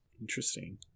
Interesting